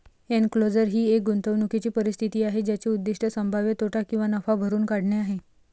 enclosure ही एक गुंतवणूकीची परिस्थिती आहे ज्याचे उद्दीष्ट संभाव्य तोटा किंवा नफा भरून काढणे आहे